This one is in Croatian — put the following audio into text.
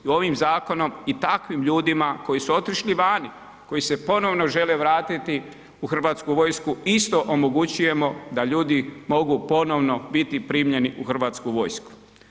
I ovim zakonom i takvim ljudima koji su otišli vani, koji se ponovno žele vratiti u Hrvatsku vojsku isto omogućujemo da ljudi mogu ponovno biti primljeni u Hrvatsku vojsku.